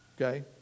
Okay